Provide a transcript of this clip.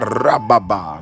rababa